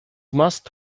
must